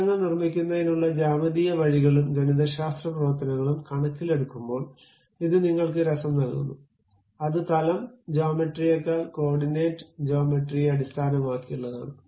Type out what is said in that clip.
ചിത്രങ്ങൾ നിർമിക്കുന്നതിനുള്ള ജ്യാമിതീയ വഴികളും ഗണിതശാസ്ത്ര പ്രവർത്തനങ്ങളും കണക്കിലെടുക്കുമ്പോൾ ഇത് നിങ്ങൾക്ക് രസം നൽകുന്നു അത് തലം ജോമെട്രിയേക്കാൾ കോർഡിനേറ്റ് ജോമെട്രിയെ അടിസ്ഥാനമാക്കിയുള്ളതാണ്